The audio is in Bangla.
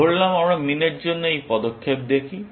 ধরলাম আমরা মিনের জন্য এই পদক্ষেপ দেখি